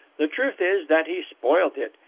the truth is that he spoilt it,